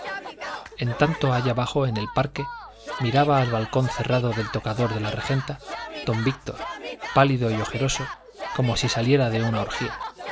en tanto allá abajo en el parque miraba al balcón cerrado del tocador de la regenta don víctor pálido y ojeroso como si saliera de una orgía